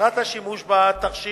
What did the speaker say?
מטרת השימוש בתכשיר,